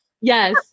Yes